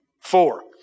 Four